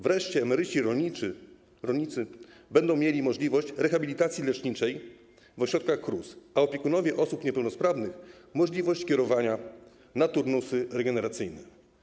Wreszcie emeryci i rolnicy będę mieli możliwość rehabilitacji leczniczej w ośrodkach KRUS, a opiekunowie osób niepełnosprawnych będą mieli możliwość kierowania ich na turnusy regeneracyjne.